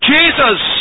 Jesus